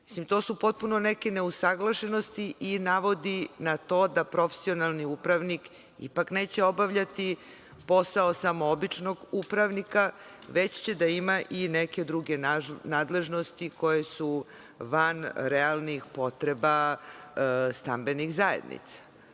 Mislim, to su potpuno neke neusaglašenosti koje navode na to da profesionalni upravnik ipak neće obavljati posao samo običnog upravnika, već će da ima i neke druge nadležnosti koje su van realnih potreba stambenih zajednica.